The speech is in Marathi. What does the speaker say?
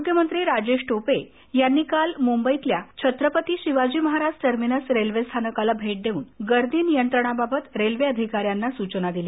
आरोग्यमंत्री राजेश टोपे यांनी काल मुंबईतल्या छत्रपती शिवाजी महाराज टर्मिनस रेल्वेस्थानकाला भेट देऊन गर्दी नियंत्रणाबाबत रेल्वेच्या अधिकाऱ्यांना सूचना दिल्या